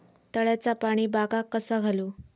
तळ्याचा पाणी बागाक कसा घालू?